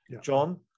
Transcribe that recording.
John